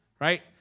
Right